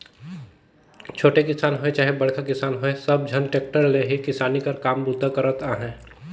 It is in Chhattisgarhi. छोटे किसान होए चहे बड़खा किसान होए सब झन टेक्टर ले ही किसानी कर काम बूता करत अहे